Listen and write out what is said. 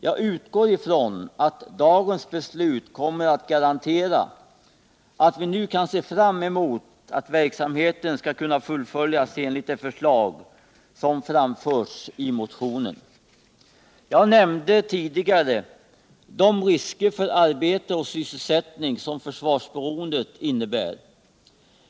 Jag utgår från att dagens beslut kommer att garantera att vi nu kan se fram emot att verksamheten skulle kunna fullföljas enligt det förslag som framförts i motionen. Jag nämnde tidigare de risker för arbete och sysselsättning som försvarsberoendet innebär.